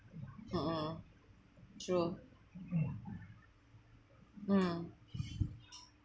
mm mm true mm